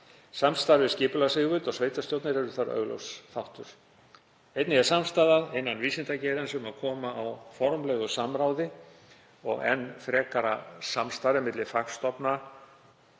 Samstarf við skipulagsyfirvöld og sveitarstjórnir er þar augljós þáttur. Einnig er samstaða innan vísindageirans um að koma á formlegu samráði og enn frekara samstarfi á milli fagstofnana,